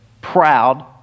proud